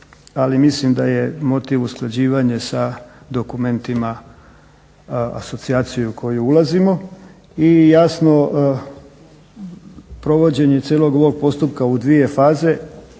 ali mislim da je motiv usklađivanje sa dokumentima asocijacije u koju ulazimo. I jasno, provođenje cijelog ovog postupka u dvije faze,